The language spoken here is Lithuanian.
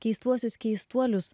keistuosius keistuolius